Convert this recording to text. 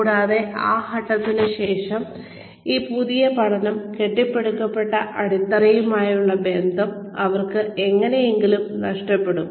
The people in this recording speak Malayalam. കൂടാതെ ഒരു ഘട്ടത്തിന് ശേഷം ഈ പുതിയ പഠനം കെട്ടിപ്പടുക്കപ്പെട്ട അടിത്തറയുമായുള്ള ബന്ധം അവർക്ക് എങ്ങനെയെങ്കിലും നഷ്ടപ്പെടും